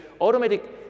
automatic